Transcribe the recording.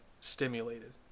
stimulated